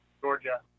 Georgia